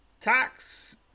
tax